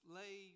lay